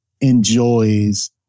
enjoys